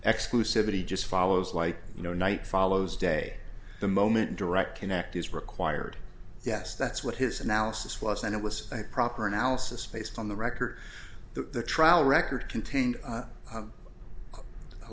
exclusivity just follows like you know night follows day the moment direct connect is required yes that's what his analysis was and it was a proper analysis based on the record the trial record contained